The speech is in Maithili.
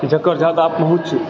जकर जादा पहुँच